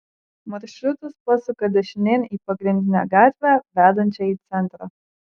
maršrutas pasuka dešinėn į pagrindinę gatvę vedančią į centrą